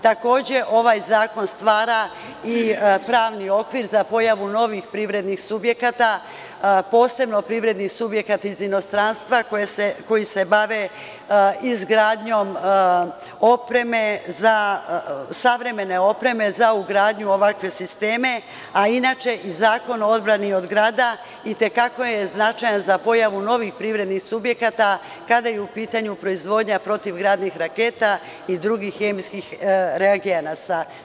Takođe, ovaj zakon stvara i pravni okvir za pojavu novih privrednih subjekata, posebno privrednih subjekata iz inostranstva koji se bave izgradnjom savremene opreme za ugradnju u ovakve sisteme, a inače i Zakon o odbrani od grada i te kako je značajan za pojavu novih privrednih subjekata kada je u pitanju proizvodnja protivgradnih raketa i drugih hemijskih reagenasa.